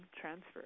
transfer